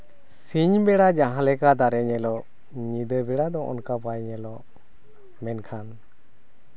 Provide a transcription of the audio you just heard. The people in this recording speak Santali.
ᱥᱤᱧ ᱵᱮᱲᱟ ᱡᱟᱦᱟᱸᱞᱮᱠᱟ ᱫᱟᱨᱮ ᱧᱮᱞᱚᱜ ᱧᱤᱫᱟᱹ ᱵᱮᱲᱟ ᱫᱚ ᱚᱱᱠᱟ ᱵᱟᱭ ᱧᱮᱞᱚᱜ ᱢᱮᱱᱠᱷᱟᱱ